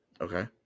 Okay